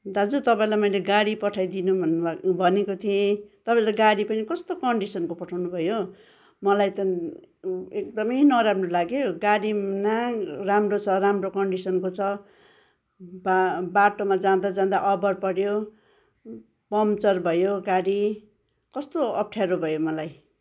दाजु तपाईँलाई मैले गाडी पठाइदिनु भन्नु भ भनेको थिएँ तपाईँले त गाडी पनि कस्तो कन्डिसनको पठाउनु भयो मलाई त एकदमै नराम्रो लाग्यो गाडी न राम्रो छ राम्रो कन्डिसनको छ बा बाटोमा जाँदा जाँदा अभर पऱ्यो पङ्चर भयो गाडी कस्तो अप्ठ्यारो भयो मलाई